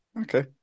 Okay